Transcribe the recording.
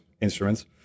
instruments